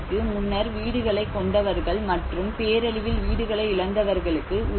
இதற்கு முன்னர் வீடுகளைக் கொண்டவர்கள் மற்றும் பேரழிவில் வீடுகளை இழந்தவர்களுக்கு